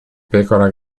pecora